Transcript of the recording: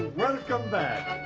welcome back.